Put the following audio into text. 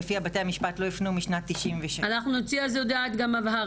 שלפיה בתי המשפט לא הפנו משנת 1993. אנחנו נוציא על זה הודעת הבהרה.